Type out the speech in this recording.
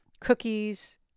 cookies